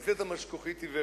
הוא מוצא את המשכוכית העיוורת.